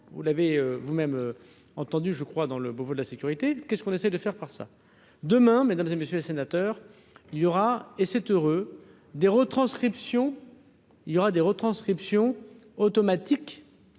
vous l'avez vous-même entendu je crois dans le Beauvau de la sécurité qu'est-ce qu'on essaye de faire part ça demain, mais dans les et messieurs les sénateurs, il y aura, et c'est heureux, des retranscriptions il y aura